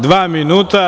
Dva minuta.